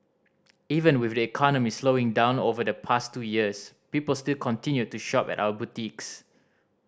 even with the economy slowing down over the past two years people still continued to shop at our boutiques